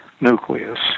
nucleus